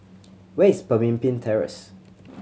where is Pemimpin Terrace